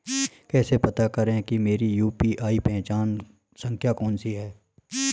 कैसे पता करें कि मेरी यू.पी.आई पहचान संख्या कौनसी है?